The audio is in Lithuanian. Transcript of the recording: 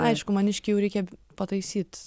aišku maniškį jau reikia pataisyt